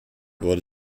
wurde